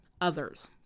others